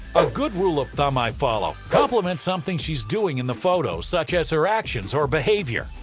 a good rule of thumb i follow compliment something she's doing in the photos, such as her actions or behavior,